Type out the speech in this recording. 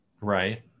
Right